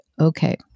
okay